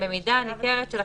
"במידה הניכרת ---".